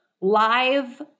live